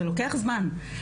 זה לוקח זמן.